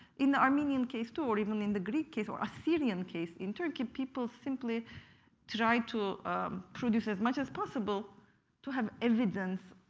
in the armenian case too or even in the greek case or syrian case in turkey, people simply tried to produce as much as possible to have evidence